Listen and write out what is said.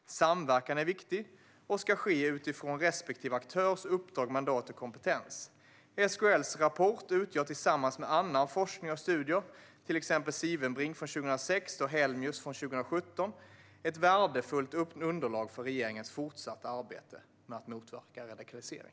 Samverkan är viktig och ska ske utifrån respektive aktörs uppdrag, mandat och kompetens. SKL:s rapport utgör tillsammans med annan forskning och andra studier, till exempel Sivenbring från 2016 och Helmius från 2017, ett värdefullt underlag för regeringens fortsatta arbete med att motverka radikalisering.